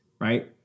right